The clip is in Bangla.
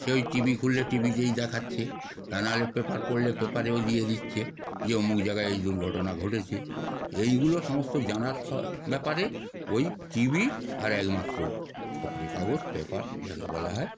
সে ওই টি ভি খুললে টি ভিতেই দেখাচ্ছে তা নাহলে পেপার পড়লে পেপারেও দিয়ে দিচ্ছে যে অমুক জায়গায় এই দুর্ঘটনা ঘটেছে এইগুলো সমস্ত জানার সব ব্যাপারে ওই টি ভি আর একমাত্র খবরের কাগজ পেপার যাকে বলা হয়